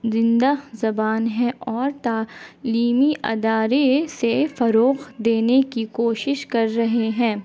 زندہ زبان ہے اور تعلیمی ادارے سے فروغ دینے کی کوشش کر رہے ہیں